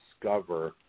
discover